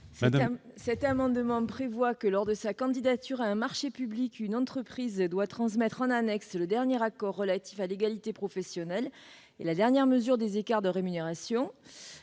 Mme Monique Lubin. Lors de sa candidature à un marché public, l'entreprise doit transmettre en annexe le dernier accord relatif à l'égalité professionnelle et la dernière mesure des écarts de rémunération.